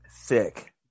sick